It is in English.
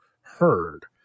heard